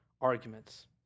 arguments